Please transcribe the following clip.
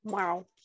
wow